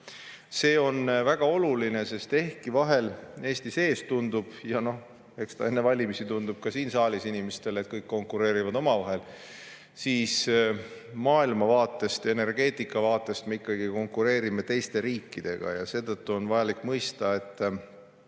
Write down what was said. See on väga oluline, sest ehkki vahel Eesti sees tundub ja noh, eks ta enne valimisi tundub ka siin saalis inimestele, et kõik konkureerivad omavahel, siis maailma ja energeetika vaatest me konkureerime teiste riikidega. Seetõttu on vajalik mõista, et